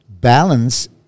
balance